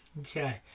Okay